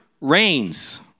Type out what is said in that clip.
reigns